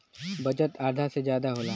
budget आधा से जादा होला